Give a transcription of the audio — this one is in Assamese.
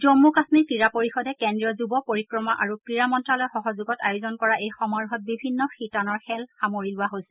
জম্মু কাশ্মীৰ ক্ৰীড়া পৰিষদে কেন্দ্ৰীয় যুৱ পৰিক্ৰমা আৰু ক্ৰীড়া মন্ত্ৰালয়ৰ সহযোগত আয়োজন কৰা এই সমাৰোহত বিভিন্ন শিতানৰ খেল সামৰি লোৱা হৈছে